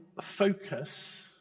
focus